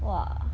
!wah!